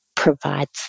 provides